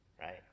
right